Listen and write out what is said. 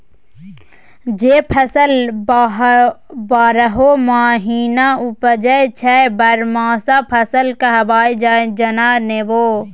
जे फसल बारहो महीना उपजै छै बरहमासा फसल कहाबै छै जेना नेबो